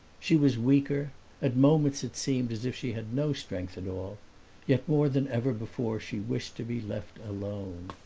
she was weaker at moments it seemed as if she had no strength at all yet more than ever before she wished to be left alone.